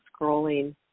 scrolling